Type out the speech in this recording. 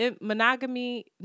monogamy